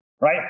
right